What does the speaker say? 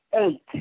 eight